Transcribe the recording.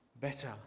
better